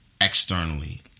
externally